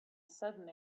sudden